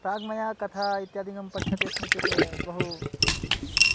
प्राग् मया कथा इत्यादिकं पठ्यते स्म चेत् बहु